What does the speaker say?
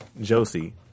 Josie